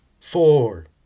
Four